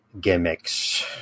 gimmicks